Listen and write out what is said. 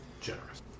generous